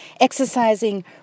exercising